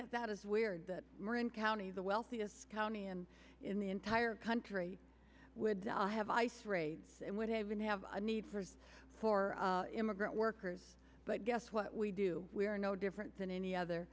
that that is where that marine county the wealthiest county and in the entire country would have ice raids and would have been have a need for four immigrant workers but guess what we do we are no different than any other